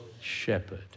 shepherd